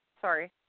sorry